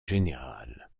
général